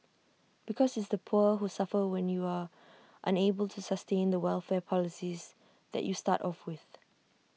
because it's the poor who suffer when you are unable to sustain the welfare policies that you start off with